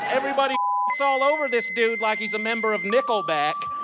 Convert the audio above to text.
everybody so all over this dude like he's a member of nickelback